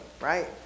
right